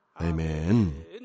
Amen